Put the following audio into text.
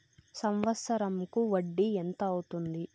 సంవత్సరం కు వడ్డీ ఎంత అవుతుంది?